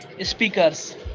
speakers